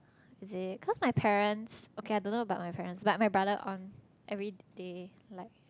is it cause my parents okay I don't know about my parents but my brother on everyday like